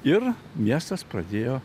ir miestas pradėjo